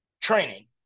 training